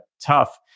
tough